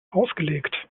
ausgelegt